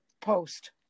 post